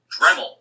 Dremel